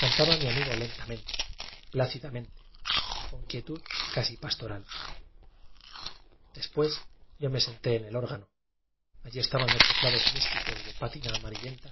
cantaba mi amigo lentamente plácidamente con quietud casi pastoral después yo me senté en el órgano allí estaban los teclados místicos con pátina amarillenta